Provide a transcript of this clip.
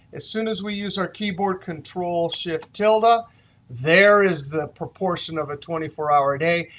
as soon as we use our keyboard control shift tilde, ah there is the proportion of a twenty four hour day,